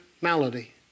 malady